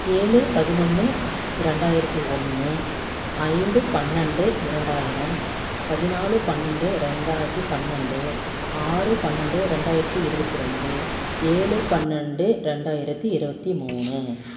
ஏழு பதினொன்று ரெண்டாயிரத்தி ஒன்று ஐந்து பன்னெண்டு இரண்டாயிரம் பதினாலு பன்னெண்டு ரெண்டாயிரத்தி பன்னெண்டு ஆறு பன்னெண்டு ரெண்டாயிரத்தி இருபத்தி ரெண்டு ஏழு பன்னெண்டு ரெண்டாயிரத்தி இருபத்தி மூணு